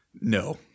No